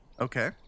Okay